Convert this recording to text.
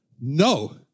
no